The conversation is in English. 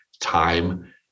time